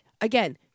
again